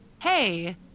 hey